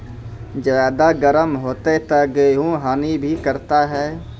ज्यादा गर्म होते ता गेहूँ हनी भी करता है?